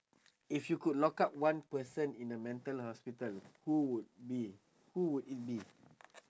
if you could lock up one person in the mental hospital who would be who would it be